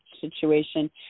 situation